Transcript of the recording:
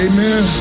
Amen